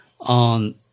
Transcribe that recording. on